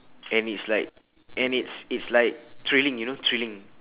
and it's like and it's it's like thrilling you know thrilling